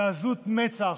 בעזות מצח,